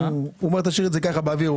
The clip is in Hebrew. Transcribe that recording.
הוא אומר תשאיר את זה ככה באוויר.